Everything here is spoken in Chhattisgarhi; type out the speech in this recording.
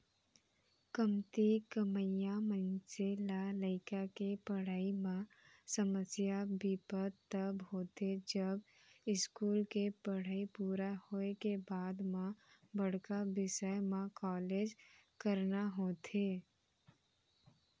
कमती कमइया मनसे ल लइका के पड़हई म समस्या बिपत तब होथे जब इस्कूल के पड़हई पूरा होए के बाद म बड़का बिसय म कॉलेज कराना होथे